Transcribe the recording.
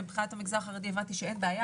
ומבחינת המגזר החרדי הבנתי שאין בעיה,